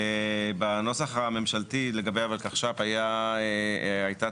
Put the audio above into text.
בנוסח הממשלתי לגבי הולקחש"פ הייתה